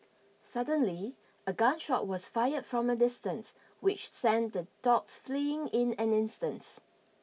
suddenly a gun shot was fired from a distance which sent the dogs fleeing in an instance